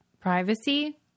privacy